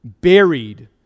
buried